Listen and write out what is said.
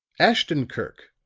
ashton-kirk,